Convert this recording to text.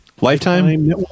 Lifetime